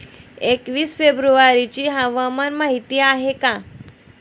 एकवीस फेब्रुवारीची हवामान माहिती आहे का?